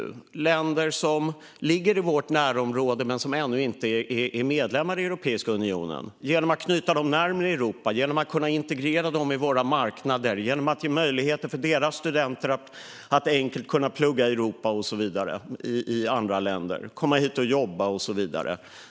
Det är länder som ligger i vårt närområde men som ännu inte är medlemmar i Europeiska unionen. Det handlar om att knyta dem närmare oss, integrera dem i våra marknader, ge människor möjligheter att komma hit och jobba, ge studenter möjligheter att enkelt plugga i andra länder i Europa och så vidare.